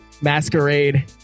masquerade